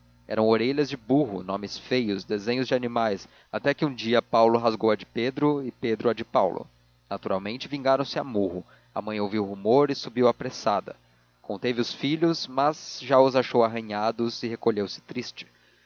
eram orelhas de burro nomes feios desenhos de animais até que um dia paulo rasgou a de pedro e pedro a de paulo naturalmente vingaram se a murro a mãe ouviu rumor e subiu apressada conteve os filhos mas já os achou arranhados e recolheu-se triste